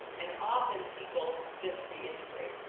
and often people just reintegrate.